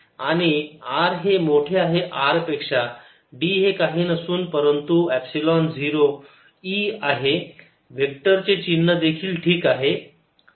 आणि r हे मोठे आहे R पेक्षा D हे काही नसून परंतु एपसिलोन 0 E आहे वेक्टर चे चिन्ह देखील ठीक आहे